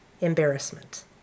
embarrassment